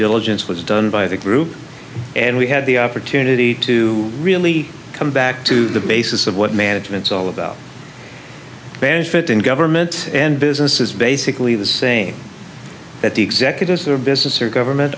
diligence was done by the group and we had the opportunity to really come back to the basis of what management's all about benefit in government and business is basically the same at the executives their business or government